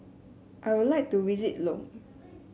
I would like to visit Lome